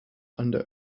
under